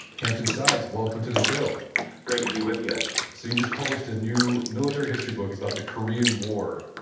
hampton sides, welcome to the show great to be with you yeah so you just published a new military history book. it's about the korean war.